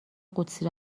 قدسی